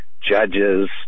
judges